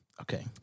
Okay